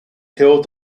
killed